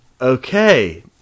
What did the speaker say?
Okay